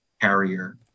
carrier